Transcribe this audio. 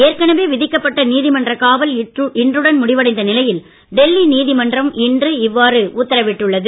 ஏற்கனவே விதிக்கப்பட்ட நீதிமன்றக் காவல் இன்றுடன் முடிவடைந்த நிலையில் டெல்லி நீதிமன்றம் இன்று இவ்வாறு உத்தரவிட்டுள்ளது